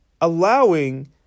allowing